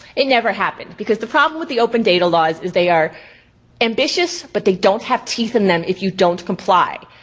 it never happened. because the problem with the open data laws is they are ambitious, but they don't have teeth in them if you don't comply.